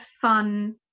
fun